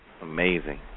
amazing